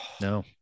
No